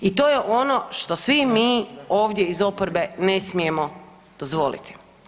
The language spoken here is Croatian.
I to je ono što svi mi ovdje iz oporbe ne smijemo dozvoliti.